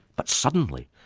but suddenly,